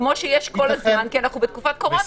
כמו שיש כל הזמן כי אנחנו בתקופת קורונה,